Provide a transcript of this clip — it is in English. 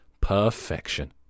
Perfection